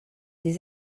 des